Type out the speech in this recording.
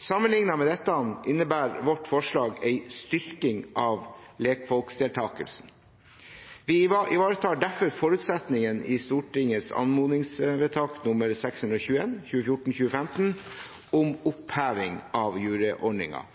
Sammenlignet med dette innebærer vårt forslag en styrking av lekfolkdeltakelsen. Vi ivaretar derfor forutsetningen i Stortingets anmodningsvedtak nr. 621 for 2014–2015, om oppheving av